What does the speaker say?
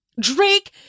Drake